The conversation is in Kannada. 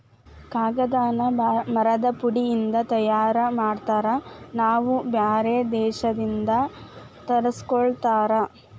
ಕಾಗದಾನ ಮರದ ಪುಡಿ ಇಂದ ತಯಾರ ಮಾಡ್ತಾರ ನಾವ ಬ್ಯಾರೆ ದೇಶದಿಂದ ತರಸ್ಕೊತಾರ